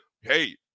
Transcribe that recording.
hey